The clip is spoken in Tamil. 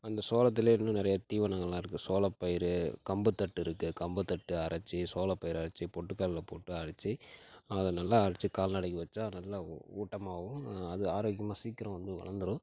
அந்த சோளத்திலையே இருந்து நிறையா தீவனங்கள்லாம் இருக்குது சோளப்பயிறு கம்புத்தட்டு இருக்குது கம்புதட்டு அரைச்சு சோளப்பயிறு அரைச்சு பொட்டுக்கடல்ல போட்டு அரைச்சு அதை நல்லா அரைச்சு கால்நடைக்கு வச்சால் நல்ல ஊட்டமாகவும் அது ஆரோக்கியமாக சீக்கிரம் வந்து வளர்ந்துடும்